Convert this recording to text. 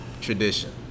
tradition